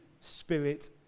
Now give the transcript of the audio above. Spirit